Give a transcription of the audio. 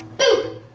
boo!